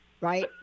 right